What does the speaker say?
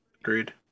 agreed